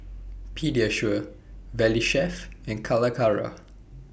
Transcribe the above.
Pediasure Valley Chef and Calacara